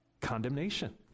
condemnation